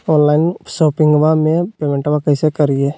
Online शोपिंगबा में पेमेंटबा कैसे करिए?